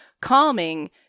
calming